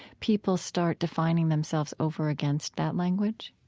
people start defining themselves over against that language.